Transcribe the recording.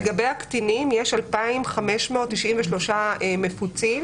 לגבי הקטינים, יש 2,593 מפוצים